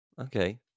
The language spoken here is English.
Okay